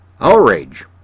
outrage